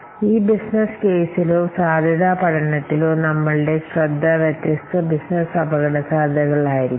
ഈ ബിസിനസ്സ് കേസിലോ സാധ്യതാ പഠനത്തിലോ നിങ്ങളുടെ ശ്രദ്ധ വ്യത്യസ്ത ബിസിനസ്സ് അപകടസാധ്യതകളിലായിരിക്കും